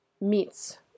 meets